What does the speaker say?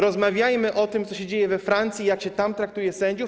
Rozmawiajmy o tym, co się dzieje we Francji i jak się tam traktuje sędziów.